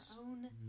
own